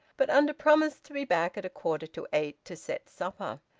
but under promise to be back at a quarter to eight to set supper.